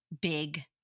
big